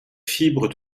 fibres